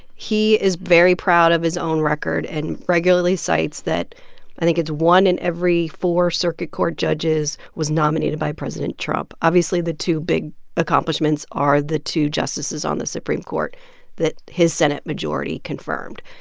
he is very proud of his own record and regularly cites that i think it's one in every four circuit court judges was nominated by president trump. obviously, the two big accomplishments are the two justices on the supreme court that his senate majority confirmed.